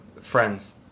friends